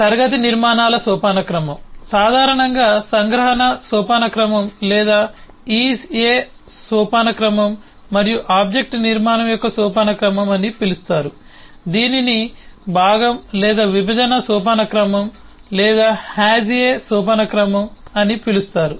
class నిర్మాణాల సోపానక్రమం సాధారణంగా సంగ్రహణ సోపానక్రమం లేదా IS A సోపానక్రమం మరియు ఆబ్జెక్ట్ నిర్మాణం యొక్క సోపానక్రమం అని పిలుస్తారు దీనిని భాగం లేదా విభజన సోపానక్రమం లేదా HAS A సోపానక్రమం అని పిలుస్తారు